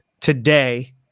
today